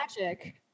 magic